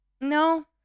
no